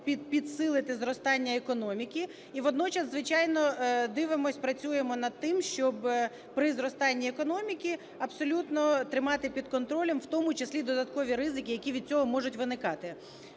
підсилити зростання економіки. І водночас, звичайно, дивимось, працюємо над тим, щоб при зростанні економіки абсолютно тримати під контролем, в тому числі і додаткові ризики, які від цього можуть виникати.